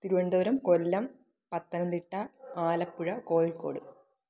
Thiruvananthapuram Kollam Pathanamthitta Alappuzha Kozhikode